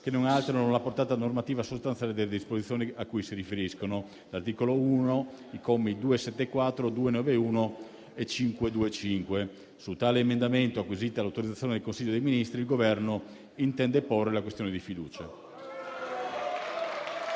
che non alterano la portata normativa sostanziale delle disposizioni a cui si riferiscono: l'articolo 1, commi 274, 291 e 525. Su tale emendamento, acquisita l'autorizzazione del Consiglio dei ministri, il Governo intende porre la questione di fiducia.